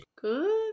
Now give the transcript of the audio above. Good